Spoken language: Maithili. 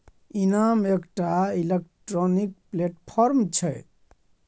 इनाम एकटा इलेक्ट्रॉनिक प्लेटफार्म छै